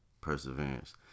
Perseverance